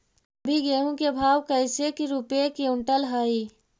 अभी गेहूं के भाव कैसे रूपये क्विंटल हई?